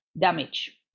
damage